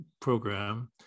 program